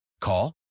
Call